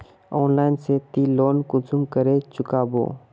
Online से ती loan कुंसम करे चुकाबो?